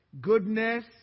Goodness